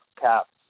caps